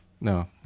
No